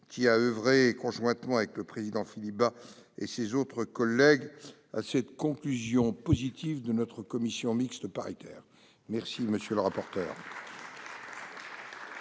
qui a oeuvré conjointement avec le président Philippe Bas et ses autres collègues à cette conclusion positive de notre commission mixte paritaire. Merci, monsieur le rapporteur